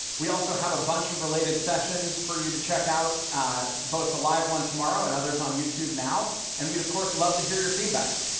we also have a bunch of related sessions for you to check out both the live one tomorrow and others on youtube now and we would of course love to hear your feedback.